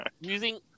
using